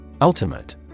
Ultimate